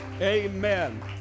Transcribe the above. Amen